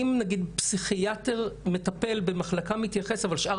אם פסיכיאטר מטפל במחלקה מתייחס אבל שאר